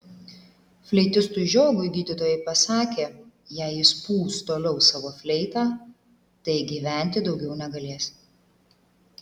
fleitistui žiogui gydytojai pasakė jei jis pūs toliau savo fleitą tai gyventi daugiau negalės